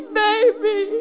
baby